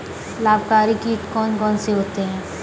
लाभकारी कीट कौन कौन से होते हैं?